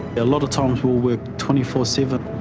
a lot of times we'll work twenty four seven.